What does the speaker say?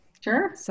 Sure